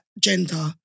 gender